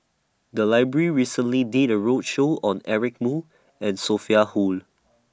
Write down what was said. The Library recently did A roadshow on Eric Moo and Sophia Hull